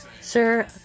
Sir